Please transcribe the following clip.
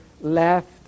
left